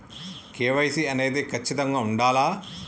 KYC అనేది ఖచ్చితంగా ఉండాలా?